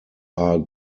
are